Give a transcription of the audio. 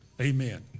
Amen